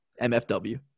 MFW